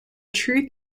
true